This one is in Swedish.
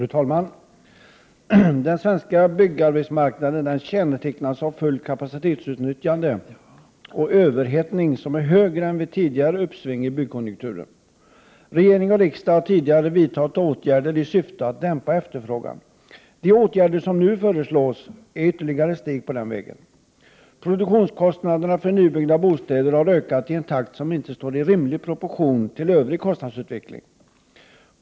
Fru talman! Den svenska byggmarknaden kännetecknas av fullt kapacitetsutnyttjande och av en överhettning som är större än vid tidigare uppsving i byggkonjunkturen. Regering och riksdag har tidigare vidtagit åtgärder i syfte att dämpa efterfrågan. De åtgärder som föreslås i detta betänkande är ytterligare ett steg på den vägen. Produktionskostnaderna för nybyggda bostäder har ökat i en takt som inte står i rimlig proportion till övrig kostnadsutveckling.